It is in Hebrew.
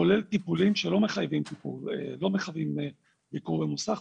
כולל טיפולים שלא מחייבים ביקור במוסך.